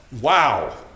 wow